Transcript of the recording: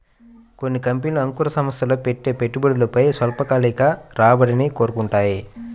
కొన్ని కంపెనీలు అంకుర సంస్థల్లో పెట్టే పెట్టుబడిపై స్వల్పకాలిక రాబడిని కోరుకుంటాయి